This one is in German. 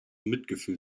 mitgefühl